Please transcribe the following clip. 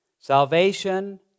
Salvation